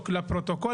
לפרוטוקול,